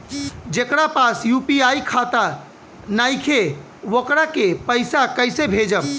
जेकरा पास यू.पी.आई खाता नाईखे वोकरा के पईसा कईसे भेजब?